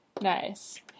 Nice